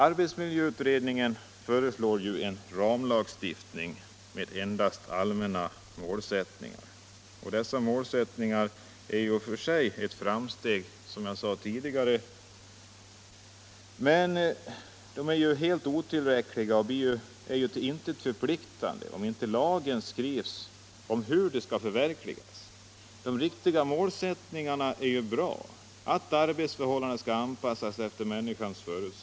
| Arbetsmiljöutredningen föreslår en ramlagstiftning med endast allmänna mälsättningar. Dessa målsättningar är i och för sig framsteg jämfört med tidigare. Men de är helt otillräckliga och till intet förpliktigande om det inte i lagen skrivs in hur de skall förverkligas. De riktiga målsättningarna är ju bra: att arbetsförhållandena skall anpassas efter människans förut-.